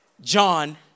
John